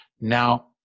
Now